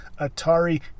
Atari